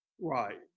Right